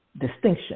distinction